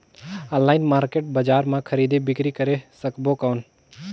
Online market बजार मां खरीदी बीकरी करे सकबो कौन?